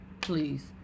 Please